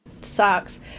sucks